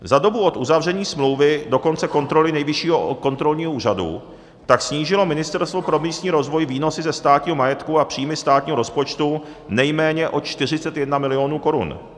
Za dobu od uzavření smlouvy do konce kontroly Nejvyššího kontrolního úřadu tak snížilo Ministerstvo pro místní rozvoj výnosy ze státního majetku a příjmy státního rozpočtu nejméně o 41 mil. korun.